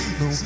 no